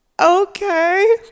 Okay